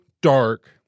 dark